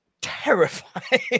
terrifying